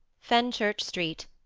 fenchurch st,